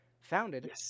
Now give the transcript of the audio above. founded